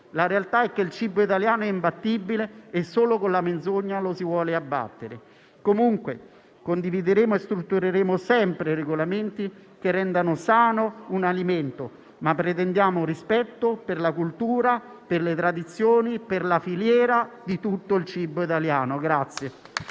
La realtà è che il cibo italiano è imbattibile e solo con la menzogna lo si vuole abbattere. In ogni caso, condivideremo e struttureremo sempre regolamenti che rendano sano un alimento, ma pretendiamo rispetto per la cultura, per le tradizioni e per la filiera di tutto il cibo italiano.